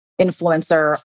influencer